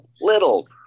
little